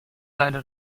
leider